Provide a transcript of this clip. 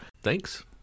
thanks